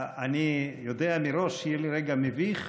אני יודע מראש שיהיה לי רגע מביך,